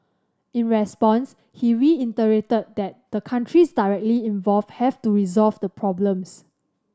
in response he reiterated that the countries directly involved have to resolve the problems